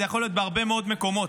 זה יכול להיות בהרבה מאוד מקומות,